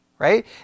Right